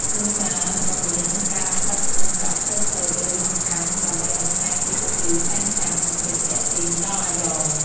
ជួនកាលក៏មានការបិទកញ្ចក់តូចៗឬអង្កាំដើម្បីបន្ថែមភាពភ្លឺចែងចាំងនិងភាពទាក់ទាញដល់អាយ៉ង។